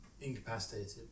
incapacitated